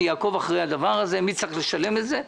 אני אעקוב אחרי הדבר הזה ומי צריך לשלם את זה.